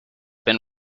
been